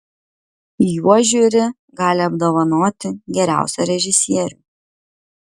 juo žiuri gali apdovanoti geriausią režisierių